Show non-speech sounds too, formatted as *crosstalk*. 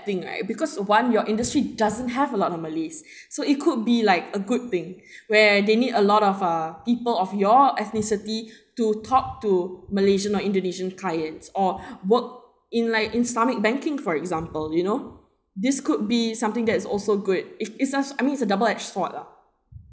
thing right because one your industry doesn't have a lot of malays *breath* so it could be like a good thing *breath* where they need a lot of uh people of your ethnicity *breath* to talk to malaysian or indonesian clients or *breath* work in like islamic banking for example you know this could be something that's also good if it's us I mean it's a double edged sword lah